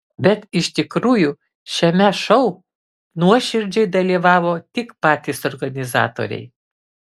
bet iš tikrųjų šiame šou nuoširdžiai dalyvavo tik patys organizatoriai